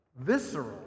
visceral